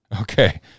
Okay